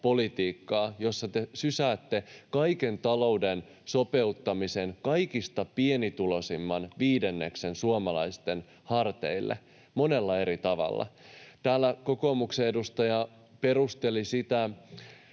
jossa te sysäätte kaiken talouden sopeuttamisen kaikista pienituloisimman suomalaisten viidenneksen harteille monella eri tavalla. Täällä kokoomuksen edustaja perusteli,